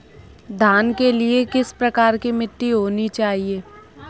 धान के लिए किस प्रकार की मिट्टी होनी चाहिए?